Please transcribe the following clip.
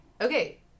okay